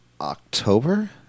October